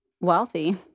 wealthy